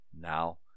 Now